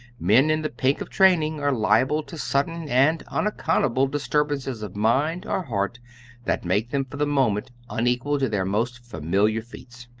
men in the pink of training, are liable to sudden and unaccountable disturbances of mind or heart that make them for the moment unequal to their most familiar feats.